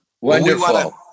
Wonderful